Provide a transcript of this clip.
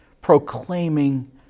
proclaiming